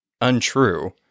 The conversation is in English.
untrue